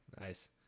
Nice